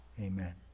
amen